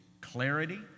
clarity